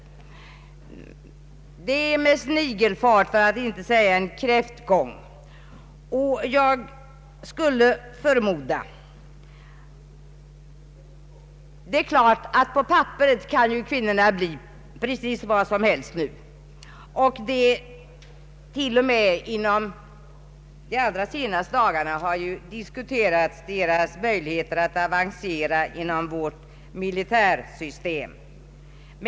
Det är med snigelfart, för att inte säga en kräftgång. Det är klart att kvinnorna på papperet kan bli vad som helst numera. De allra senaste dagarna har man t.o.m. diskuterat deras möjligheter att avancera inom vårt militära system.